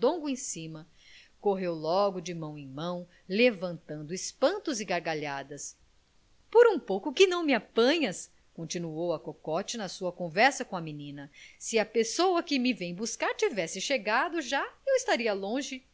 camundongo em cima correu logo de mão em mão levantando espantos e gargalhadas por um pouco que não me apanhas continuou a cocote na sua conversa com a menina se a pessoa que me vem buscar tivesse chegado já eu estaria longe